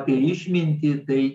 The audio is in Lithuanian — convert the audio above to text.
apie išmintį tai